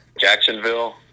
Jacksonville